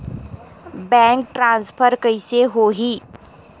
Bank transfer कइसे होही?